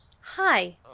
hi